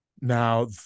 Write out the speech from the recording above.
Now